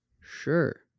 sure